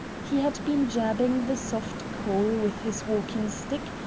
he had been jabbing the soft coal with his walking-stick,